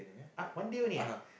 !huh! one day only eh